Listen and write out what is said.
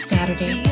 Saturday